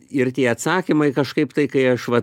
ir tie atsakymai kažkaip tai kai aš vat